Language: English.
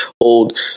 old